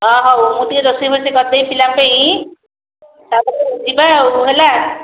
ହଁ ହଉ ମୁଁ ଟିକେ ରୋଷେଇ ବାସ କରିଦିଏ ପିଲାଙ୍କ ପାଇଁ ତା' ପରେ ଯିବା ଆଉ ହେଲା